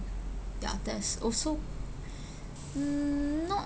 ya that's also mm not